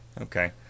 Okay